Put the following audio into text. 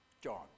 John